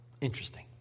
Interesting